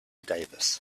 davis